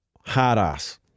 hard-ass